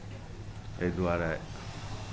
एहि दुआरे